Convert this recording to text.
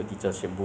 只